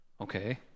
okay